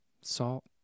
salt